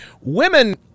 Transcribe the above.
women